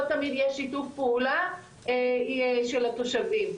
לא תמיד יש שיתוף פעולה של התושבים,